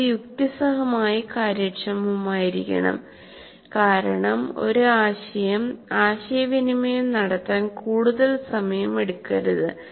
ഇത് യുക്തിസഹമായി കാര്യക്ഷമമായിരിക്കണം കാരണം ഒരു ആശയം ആശയവിനിമയം നടത്താൻ കൂടുതൽ സമയം എടുക്കരുത്